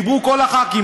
דיברו כל הח"כים,